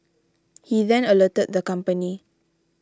he then alerted the company